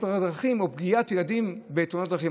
הדרכים או פגיעת ילדים בתאונות הדרכים.